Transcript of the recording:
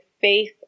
faith